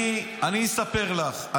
אני אספר לך.